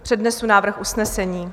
Přednesu návrh usnesení: